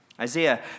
Isaiah